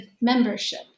membership